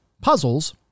puzzles